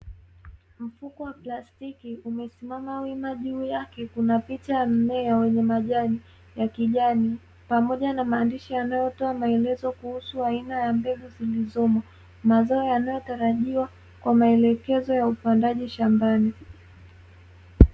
Mfuko wa plastiki umesimama wima juu yake kuna picha ya mmea wenye majani ya kijani, pamoja na maandishi yanayotoa maelezo kuhusu aina ya mbegu zilizomo. Mazao yanayotarajiwa kwa maelekezo ya upandaji shambani.